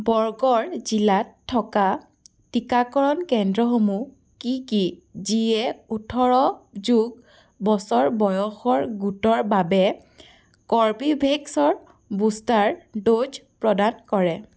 বৰগড় জিলাত থকা টিকাকৰণ কেন্দ্ৰসমূহ কি কি যিয়ে ওঠৰ যোগ বছৰ বয়সৰ গোটৰ বাবে কৰ্বীভেক্সৰ বুষ্টাৰ ড'জ প্ৰদান কৰে